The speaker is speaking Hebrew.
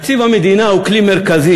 תקציב המדינה הוא כלי מרכזי,